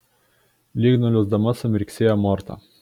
lyg nuliūsdama sumirksėjo morta